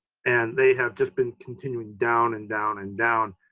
and they have just been continuing down and down and down.